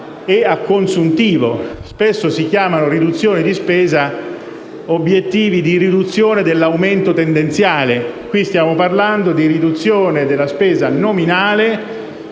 e a consuntivo. Spesso si chiamano riduzioni di spesa gli obiettivi di riduzione dell'aumento tendenziale. In questo caso, stiamo parlando di riduzione della spesa nominale,